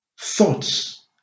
thoughts